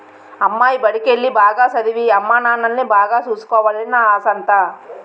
అమ్మాయి బడికెల్లి, బాగా సదవి, అమ్మానాన్నల్ని బాగా సూసుకోవాలనే నా ఆశంతా